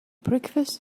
breakfast